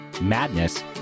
Madness